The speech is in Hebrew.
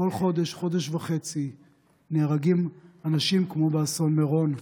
כל חודש-חודש וחצי נהרגים אנשים כמו באסון מירון.